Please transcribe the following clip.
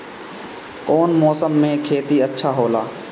कौन मौसम मे खेती अच्छा होला?